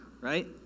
right